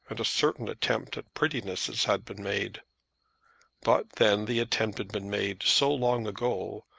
and a certain attempt at prettinesses had been made but then the attempt had been made so long ago,